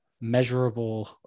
measurable